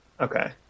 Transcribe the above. Okay